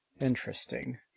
interesting